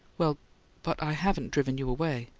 well but i haven't driven you away.